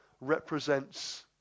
represents